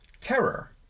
Terror